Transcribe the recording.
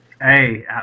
Hey